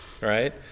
right